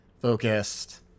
focused